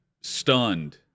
stunned